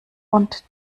und